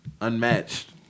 unmatched